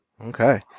Okay